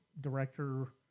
director